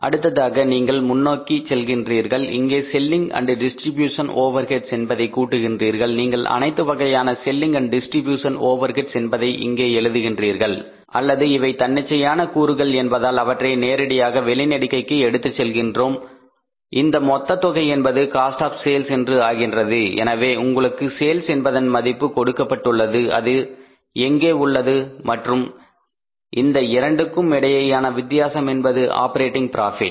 அடுத்ததாக நீங்கள் மேலும் முன்னோக்கி செல்கின்றீர்கள் இங்கே selling and distribution overheads Selling Distribution overheads என்பதை கூட்டுகின்றீர்கள் நீங்கள் அனைத்து வகையான selling and distribution overheads Selling Distribution overheads என்பதை இங்கே எழுதுகின்றீர்கள் அல்லது இவை தன்னிச்சையான கூறுகள் என்பதால் அவற்றை நேரடியாக வெளி நெடுக்கைக்கு எடுத்துச் செல்கின்றோம் இந்த மொத்த தொகை என்பது காஸ்ட் ஆப் சேல்ஸ் என்று ஆகின்றது எனவே உங்களுக்கு சேல்ஸ் என்பதன் மதிப்பு கொடுக்கப்பட்டுள்ளது அது இங்கே உள்ளது மற்றும் இந்த இரண்டுக்கும் இடையேயான வித்தியாசம் என்பது ஆப்பரேட்டிங் ப்ராபிட்